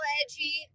edgy